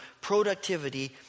productivity